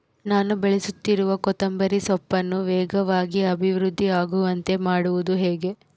ನಾನು ಬೆಳೆಸುತ್ತಿರುವ ಕೊತ್ತಂಬರಿ ಸೊಪ್ಪನ್ನು ವೇಗವಾಗಿ ಅಭಿವೃದ್ಧಿ ಆಗುವಂತೆ ಮಾಡುವುದು ಹೇಗೆ?